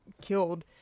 killed